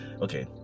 okay